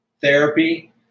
therapy